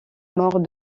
mort